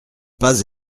pas